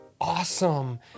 awesome